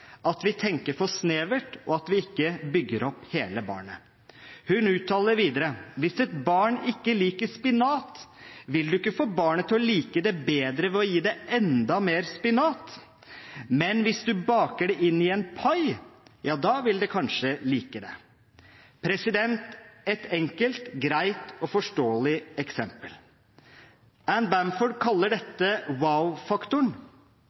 at vi tenker for snevert, og at vi ikke bygger opp hele barnet. Hun uttaler videre: Hvis et barn ikke liker spinat, vil du ikke få barnet til å like det bedre ved å gi det enda mer spinat, men hvis du baker det inn i en pai, ja, da vil det kanskje like det. Et enkelt, greit og forståelig eksempel. Anne Bamford kaller dette